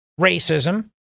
racism